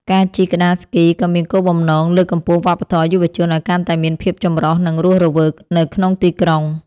ការជិះក្ដារស្គីក៏មានគោលបំណងលើកកម្ពស់វប្បធម៌យុវជនឱ្យកាន់តែមានភាពចម្រុះ និងរស់រវើកនៅក្នុងទីក្រុង។